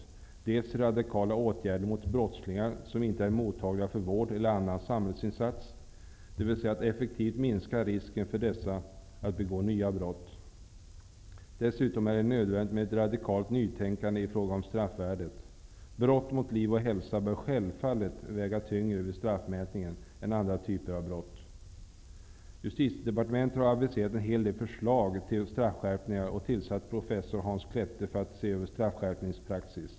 För det andra skall man vidta radikala åtgärder mot brottslingar som inte är mottagliga för vård eller annan samhällsinsats, dvs. det gäller att effektivt minska risken för att de begår nya brott. Dessutom är det nödvändigt med ett radikalt nytänkande i fråga om straffvärdet. Brott mot liv och hälsa bör självfallet väga tyngre vid straffmätningen än andra typer av brott. Justitiedepartementet har aviserat en hel del förslag till straffskärpningar och tillsatt professor Hans Klette för att se över straffskärpningspraxis.